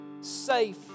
safe